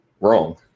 wrong